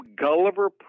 Gulliver